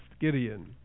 Gideon